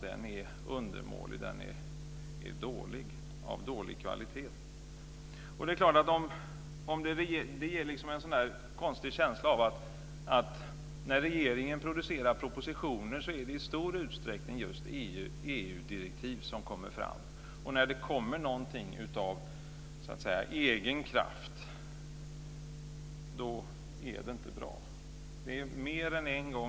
Den är av dålig kvalitet. Det ger en konstig känsla av att när regeringen producerar propositioner är det i stor utsträckning just EG-direktiv som kommer fram. När det kommer någonting av egen kraft är det inte bra.